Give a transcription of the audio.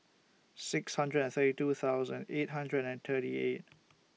six hundred and thirty two thousand eight hundred and thirty eight